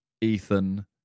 Ethan